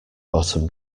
bottom